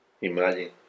imagine